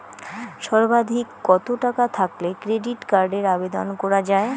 সর্বাধিক কত টাকা থাকলে ক্রেডিট কার্ডের আবেদন করা য়ায়?